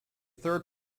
third